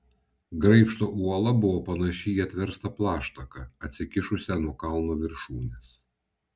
graibšto uola buvo panaši į atverstą plaštaką atsikišusią nuo kalno viršūnės